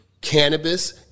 cannabis